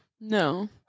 No